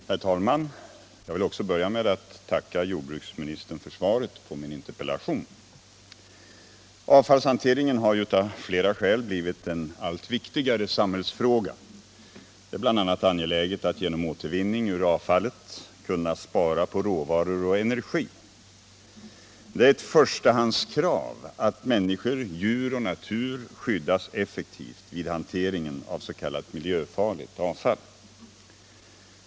Herr talman! Jag vill börja med att tacka jordbruksministern för svaret på min interpellation. Avfallshanteringen har av flera skäl blivit en allt viktigare samhällsfråga. Det är bl.a. angeläget att genom återvinning ur avfallet kunna spara på råvaror och energi. Det är ett förstahandskrav att människor, djur och natur skyddas effektivt vid hanteringen av s.k. miljöfarligt avfall.